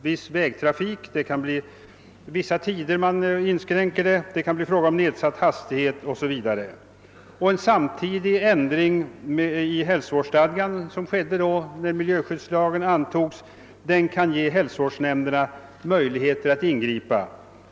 Viss vägtrafik kan förbjudas under vissa tider, det kan bli fråga om nedsatt hastighet o.s.v. En ändring i hälsovårdsstadgan, som genomfördes när miljöskyddslagen antogs, ger hälsovårdsnämnderna möjligheter att ingripa.